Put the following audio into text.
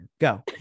go